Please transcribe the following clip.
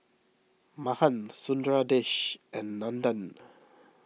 Mahan Sundaresh and Nandan